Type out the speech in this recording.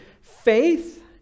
faith